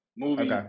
Movie